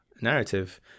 narrative